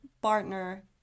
partner